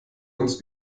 uns